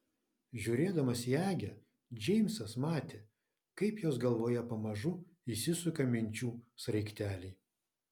žiūrėdamas į agę džeimsas matė kaip jos galvoje pamažu įsisuka minčių sraigteliai